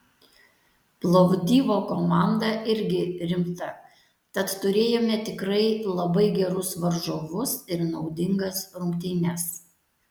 plovdivo komanda irgi rimta tad turėjome tikrai labai gerus varžovus ir naudingas rungtynes